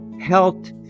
health